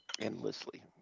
Endlessly